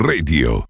Radio